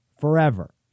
forever